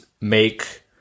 make